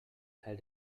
teil